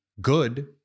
good